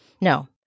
No